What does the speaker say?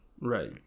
Right